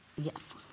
Yes